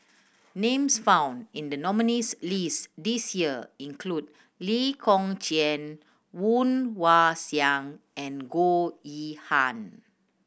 names found in the nominees' list this year include Lee Kong Chian Woon Wah Siang and Goh Yihan